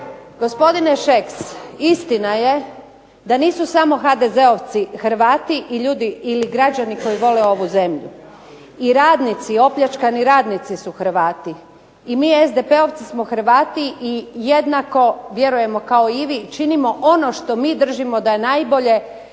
Gospodine Šeks istina je da nisu samo HDZ-ovci Hrvati i ljudi ili građani koji vole ovu zemlju. I opljačkani radnici su Hrvati i mi SDP-ovci smo Hrvati i jednako vjerujemo kao i vi i činimo ono što mi držimo da je najbolje